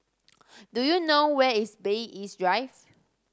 do you know where is Bay East Drive